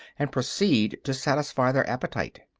and proceed to satisfy their appetite.